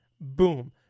boom